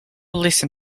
listen